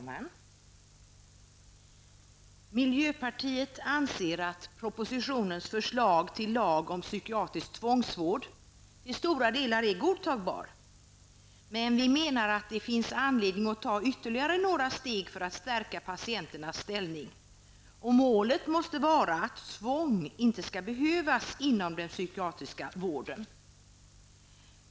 Fru talman! Miljöpartiet anser att propositionens förslag till lag om psykiatrisk tvångsvård till stora delar är godtagbart. Vi menar dock att det finns anledning att ta ytterligare några steg för att stärka patienternas ställning. Målet måste vara att tvång inte skall behövas inom den psykiatriska vården.